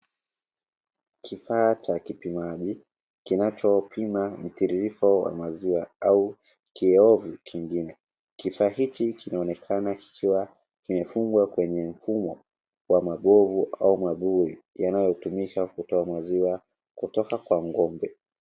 Kifaa cha kipimaji kinachopima mtiririko wa maziwa au kiovu kingine. Kifaa hiki kinaonekana kikiwa kimefungwa kwenye mabuyu yanayotumika kutoa maziwa kutoka kwa ngombe.